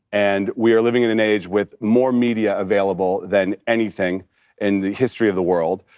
and we are living in an age with more media available than anything in the history of the world.